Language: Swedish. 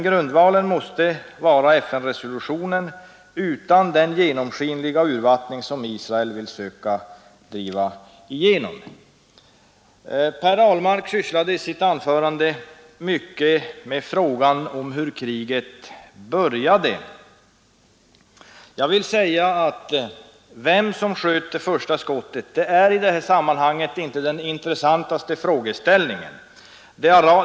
Grundvalen måste emellertid vara FN-resolutionen utan den genomskinliga urvattning som Israel försöker driva igenom. Herr Ahlmark sysslade i sitt anförande mycket med frågan om hur kriget började. Jag vill påstå: Vem som sköt det första skottet är inte den mest intressanta frågeställningen.